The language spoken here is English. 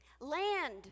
land